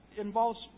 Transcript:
involves